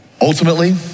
Ultimately